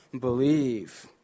believe